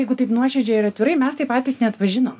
jeigu taip nuoširdžiai ir atvirai mes tai patys neatpažinom